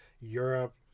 Europe